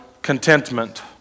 Contentment